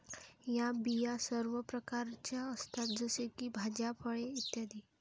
या बिया सर्व प्रकारच्या असतात जसे की भाज्या, फळे इ